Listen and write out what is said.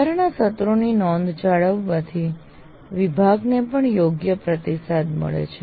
વધારાના સત્રોની નોંધ જાળવવાથી વિભાગને પણ યોગ્ય પ્રતિસાદ મળે છે